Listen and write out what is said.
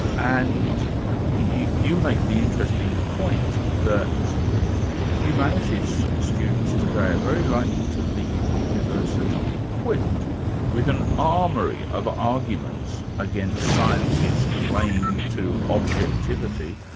and you you make the interesting point that humanities students today are very likely to leave university equipped with an armory of arguments against science's claim to objectivity,